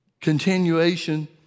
continuation